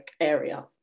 area